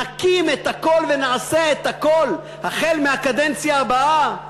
נקים את הכול ונעשה את הכול החל בקדנציה הבאה,